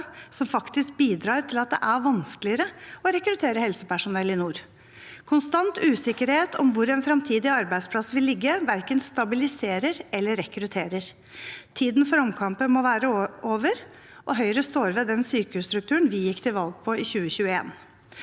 som faktisk bidrar til at det er vanskeligere å rekruttere helsepersonell i nord. Konstant usikkerhet om hvor en fremtidig arbeidsplass vil ligge, verken stabiliserer eller rekrutterer. Tiden for omkamper må være over. Høyre står ved den sykehusstrukturen vi gikk til valg på i 2021.